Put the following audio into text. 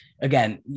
again